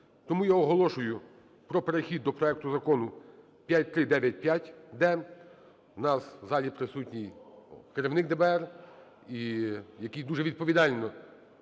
Тому я оголошую про перехід до проекту Закону 5395-д. У нас в залі присутній керівник ДБР, який дуже відповідально